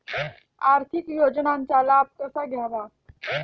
आर्थिक योजनांचा लाभ कसा घ्यावा?